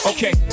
Okay